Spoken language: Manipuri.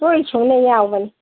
ꯂꯣꯏ ꯁꯨꯅ ꯌꯥꯎꯕꯅꯤ